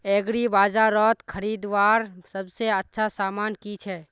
एग्रीबाजारोत खरीदवार सबसे अच्छा सामान की छे?